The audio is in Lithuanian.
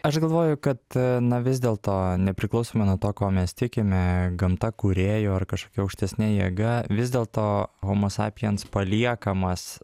aš galvoju kad na vis dėlto nepriklausomai nuo to ko mes tikime gamta kūrėju ar kažkokia aukštesne jėga vis dėlto homo sapiens paliekamas